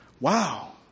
Wow